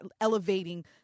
elevating